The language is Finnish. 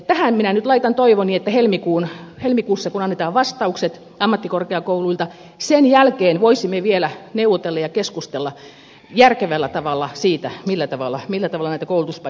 tähän minä nyt laitan toivoni että helmikuussa kun annetaan vastaukset ammattikorkeakouluilta sen jälkeen voisimme vielä neuvotella ja keskustella järkevällä tavalla siitä millä tavalla näitä koulutuspaikkoja vähennetään